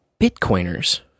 bitcoiners